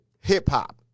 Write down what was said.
hip-hop